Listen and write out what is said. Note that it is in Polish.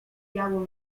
białą